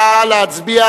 נא להצביע.